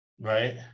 right